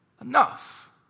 enough